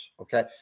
Okay